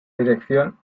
dirección